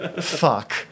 Fuck